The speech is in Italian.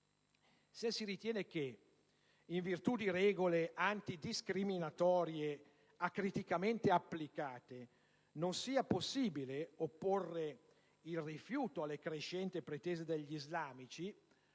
se si ritiene che, in virtù di regole antidiscriminatorie acriticamente applicate, non sia possibile opporre il rifiuto alle crescenti pretese degli islamici,